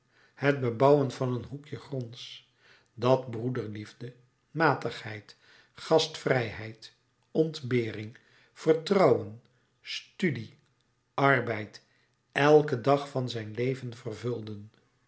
het bebouwen van een hoekje gronds dat broederliefde matigheid gastvrijheid ontbering vertrouwen studie arbeid elken dag van zijn leven vervulden